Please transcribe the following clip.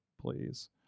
please